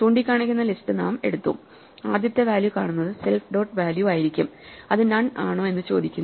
ചൂണ്ടിക്കാണിക്കുന്ന ലിസ്റ്റ് നാം എടുത്തു ആദ്യത്തെ വാല്യൂ കാണുന്നത് സെൽഫ് ഡോട്ട് വാല്യൂ ആയിരിക്കും അത് നൺ ആണോ എന്ന് ചോദിക്കുന്നു